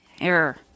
error